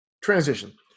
transition